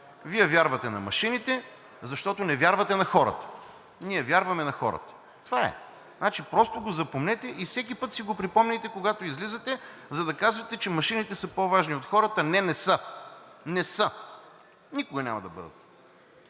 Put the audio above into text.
Вие вярвате на машините, защото не вярвате на хората. Ние вярваме на хората. Това е, просто го запомнете и всеки път си го припомняйте, когато излизате, за да кажете, че машините са по важни от хората. Не, не са! Не са! Никога няма да бъдат!